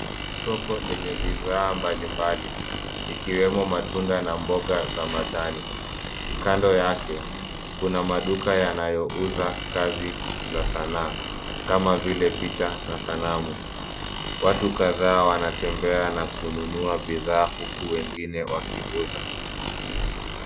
Soko lenye bidhaa mbalimbali ikiwemo matunda na mboga za majani. Kando yake kuna maduka yanayouza kazi za sanaa kama vile picha na sanamu. Watu kadhaa wanatembea na kununua bidhaa huku wengine wakiuza.